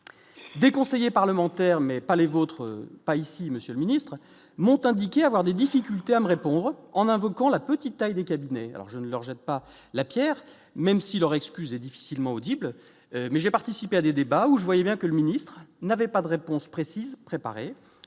des conseillers parlementaires mais pas les vôtres, pas ici, monsieur le ministre m'ont indiqué avoir des difficultés à me répondre en invoquant la petite taille des cabinets, alors je ne leur jette pas la Pierre, même si leur excusez difficilement audible, mais j'ai participé à des débats où je voyais bien que le ministre n'avait pas de réponse précise préparé,